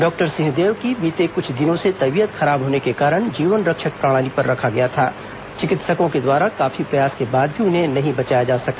doctor Singhdeo की बीते कुछ दिनों से तबीयत खराब होने के कारण जीवन रक्षक प्रणाली में रखा गया था चिकित्सकों के द्वारा काफी प्रयास के बाद भी उन्हे नही बचाया जा सका